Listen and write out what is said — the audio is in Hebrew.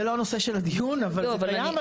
זה לא הנושא של הדיון אבל זה קיים.